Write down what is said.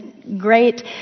Great